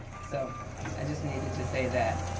so i just needed to say that.